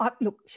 Look